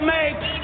make